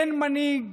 אין מנהיג,